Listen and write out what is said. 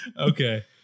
Okay